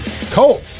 Cole